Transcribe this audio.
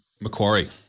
Macquarie